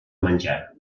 menjar